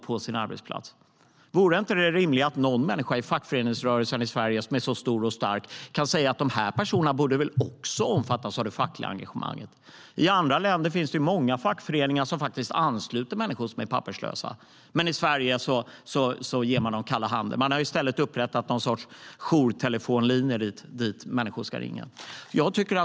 Vore det inte rimligt att någon människa i fackföreningsrörelsen i Sverige, som är så stor och stark, säger att dessa personer borde också omfattas av det fackliga engagemanget. I andra länder finns det många fackföreningar som ansluter papperslösa människor, men i Sverige ger man dem kalla handen. Man har i stället upprättat något slags jourtelefonlinje dit människor ska ringa.